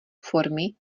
formy